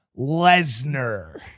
Lesnar